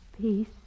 Peace